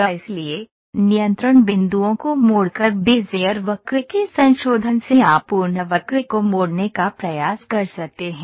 इसलिए नियंत्रण बिंदुओं को मोड़कर बेज़ियर वक्र के संशोधन से आप पूर्ण वक्र को मोड़ने का प्रयास कर सकते हैं